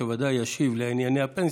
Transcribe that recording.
והוא ודאי ישיב לענייני הפנסיה,